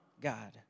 God